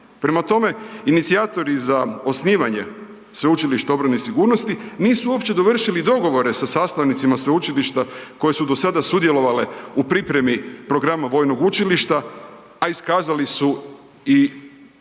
Prema tome, inicijatori za osnivanje Sveučilišta obrane i sigurnosti nisu uopće dovršili dogovore sa sastavnicima sveučilišta koje su do sada sudjelovale u pripremi programa vojnog učilišta, a iskazali su i svoje